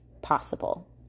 Possible